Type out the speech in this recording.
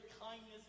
kindness